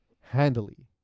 handily